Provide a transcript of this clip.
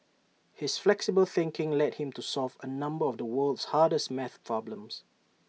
his flexible thinking led him to solve A number of the world's hardest math problems